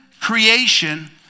creation